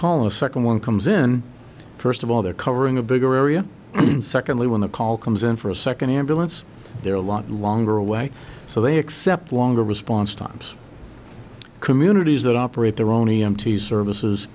call a second one comes in first of all they're covering a bigger area and secondly when the call comes in for a second ambulance there are a lot longer away so they accept longer response times communities that operate their own e m t services